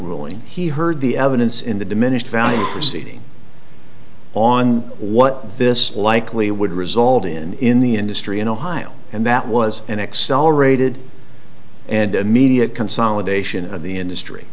ruling he heard the evidence in the diminished value proceeding on what this likely would result in in the industry in ohio and that was an accelerated and immediate consolidation of the industry